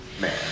man